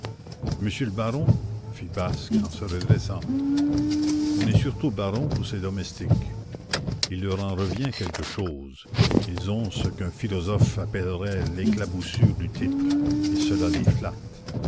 monsieur le baron fit basque en se redressant on est surtout baron pour ses domestiques il leur en revient quelque chose ils ont ce qu'un philosophe appellerait l'éclaboussure du titre et cela les flatte